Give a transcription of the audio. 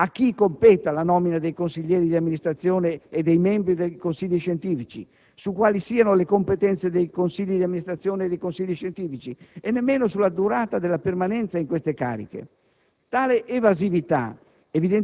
ma non dà indicazioni su a chi competa la nomina dei consiglieri di amministrazione e dei membri dei consigli scientifici, su quali siano le competenze dei consigli d'amministrazione e dei consigli scientifici e nemmeno sulla durata della permanenza in queste cariche.